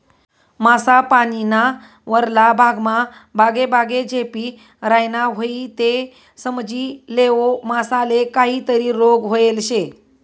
मासा पानीना वरला भागमा बागेबागे झेपी रायना व्हयी ते समजी लेवो मासाले काहीतरी रोग व्हयेल शे